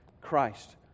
Christ